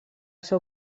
seu